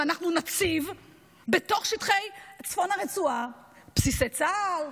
ואנחנו נציב בתוך שטחי צפון הרצועה בסיסי צה"ל,